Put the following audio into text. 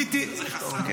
מי ביקש ממך קצבאות?